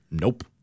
nope